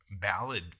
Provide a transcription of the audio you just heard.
ballad